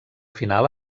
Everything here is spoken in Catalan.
final